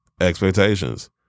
expectations